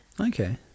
Okay